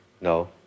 No